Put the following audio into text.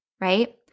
right